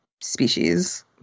species